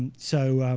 so